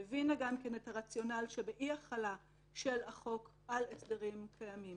והבינה את הרציונל שבאי-החלה של החוק על הסדרים קיימים,